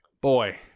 Boy